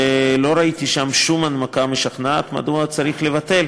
ולא ראיתי שם שום הנמקה משכנעת מדוע צריך לבטל